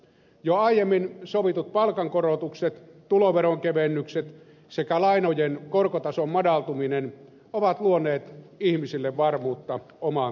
jo aiemmin sovitut palkankorotukset tuloveron kevennykset sekä lainojen korkotason madaltuminen ovat luoneet ihmisille varmuutta omaan talouteensa